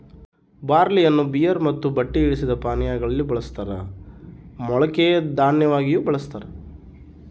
ಬಾರ್ಲಿಯನ್ನು ಬಿಯರ್ ಮತ್ತು ಬತ್ತಿ ಇಳಿಸಿದ ಪಾನೀಯಾ ಗಳಲ್ಲಿ ಬಳಸ್ತಾರ ಮೊಳಕೆ ದನ್ಯವಾಗಿಯೂ ಬಳಸ್ತಾರ